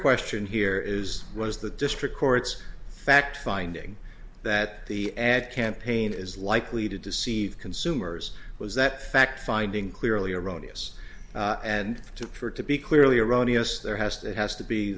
question here is was the district court's fact finding that the ad campaign is likely to deceive consumers was that fact finding clearly erroneous and for it to be clearly erroneous there has that has to be